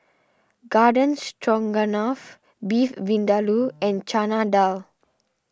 Garden Stroganoff Beef Vindaloo and Chana Dal